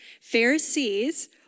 Pharisees